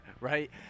right